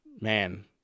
man